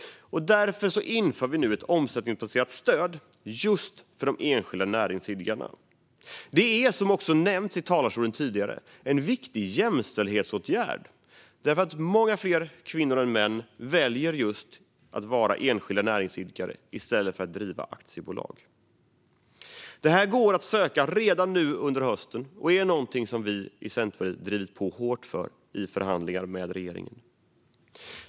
Därför inför vi nu ett omsättningsbaserat stöd just för de enskilda näringsidkarna. Det är, som också har nämnts i talarstolen tidigare, en viktig jämställdhetsåtgärd, för många fler kvinnor än män väljer att vara just enskilda näringsidkare i stället för att driva aktiebolag. Det här stödet går att söka redan nu under hösten och är någonting som vi i Centerpartiet har drivit på hårt för i förhandlingar med regeringen.